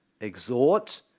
exhort